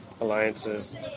alliances